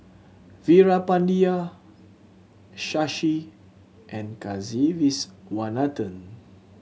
Veerapandiya Shashi and Kasiviswanathan